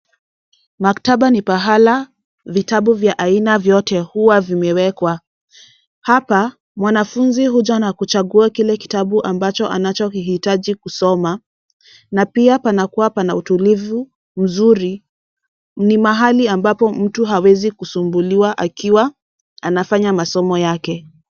Maktaba na pahala vitabu vya aina vyote hua vimewekwa. Hapa mwanafunzi huja na kuchagua kile kitabu ambacho anachokihitaji kusoma na pia panakua pana utulivu mzuri. Ni mahali ambapo mtu hawezi kusumbuliwa.